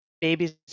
babies